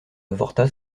avorta